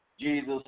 Jesus